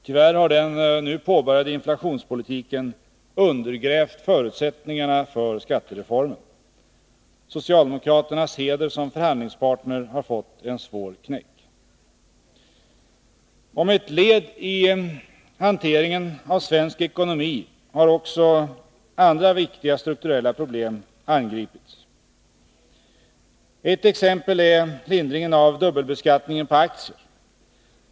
Tyvärr har den nu påbörjade inflationspolitiken undergrävt förutsättningarna för skattereformen. Socialdemokraternas heder som förhandlingspartner har fått en svår knäck. Som ett led i hanteringen av svensk ekonomi har också andra viktiga strukturella problem angripits. Ett exempel är lindringen av dubbelbeskattningen på aktier.